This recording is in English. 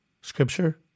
scripture –